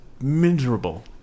miserable